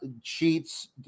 cheats